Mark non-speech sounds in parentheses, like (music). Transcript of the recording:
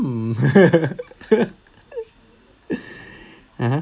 hmm (laughs) (uh huh)